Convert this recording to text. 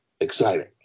exciting